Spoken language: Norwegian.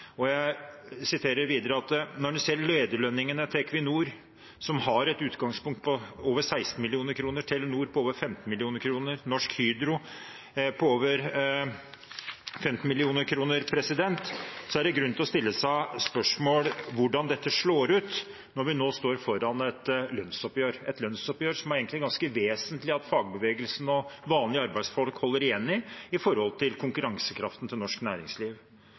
Når en ser lederlønningene til Equinor, som har et utgangspunkt på over 16 mill. kr, og videre Telenor på over 15 mill. kr og Norsk Hydro på over 15 mill. kr, er det grunn til å stille seg spørsmål om hvordan dette slår ut når vi nå står foran et lønnsoppgjør – et lønnsoppgjør det egentlig er ganske vesentlig at fagbevegelsen og vanlige arbeidsfolk holder igjen i, med tanke på konkurransekraften til norsk næringsliv.